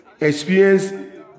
experience